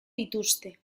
dituzte